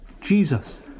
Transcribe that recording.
Jesus